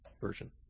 version